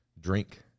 drink